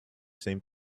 same